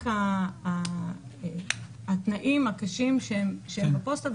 התנאים הקשים בפוסטה.